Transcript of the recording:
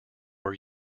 were